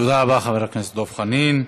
תודה רבה, חבר הכנסת דב חנין.